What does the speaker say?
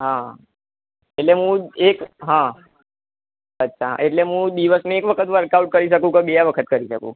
હા એટલે હું એક હા અચ્છા એટલે હું દિવસની એક વખત વર્કઆઉટ કરી શકું કે બે વખત કરી શકું